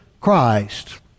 Christ